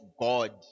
God